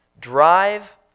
Drive